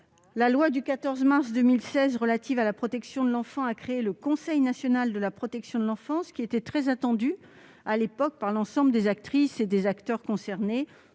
La loi du 14 mars 2016 relative à la protection de l'enfant a créé le Conseil national de la protection de l'enfance (CNPE) qui était très attendu, à l'époque, par l'ensemble des actrices et des acteurs concernés,